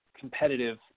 competitive